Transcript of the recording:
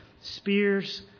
spears